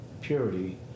purity